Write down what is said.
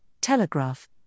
Telegraph